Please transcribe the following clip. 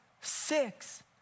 six